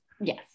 Yes